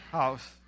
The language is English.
house